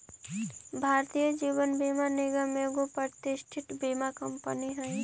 भारतीय जीवन बीमा निगम एगो प्रतिष्ठित बीमा कंपनी हई